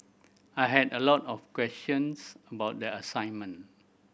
I had a lot of questions about the assignment